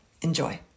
Enjoy